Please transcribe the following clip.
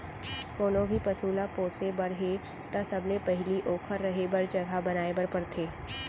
कोनों भी पसु ल पोसे बर हे त सबले पहिली ओकर रहें बर जघा बनाए बर परथे